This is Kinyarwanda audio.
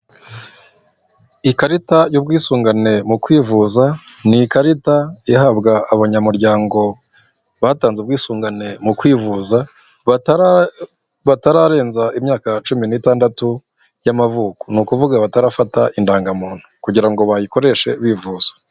Ikarita y'ubwisungane mu kwivuza ni ikarita ihabwa abanyamuryango batanze ubwisungane mu kwivuza batararenza imyaka cumi n'itandatu y'amavuko, ni ukuvuga batarafata indangamuntu kugira ngo bayikoreshe bivuza.